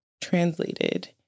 translated